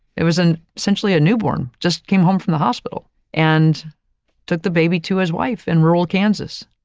it was an essentially a newborn, just came home from the hospital and took the baby to his wife in rural kansas.